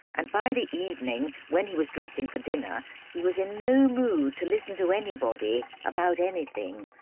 and by the evening when he was dressing for dinner he was in no mood to listen to anybody, about anything.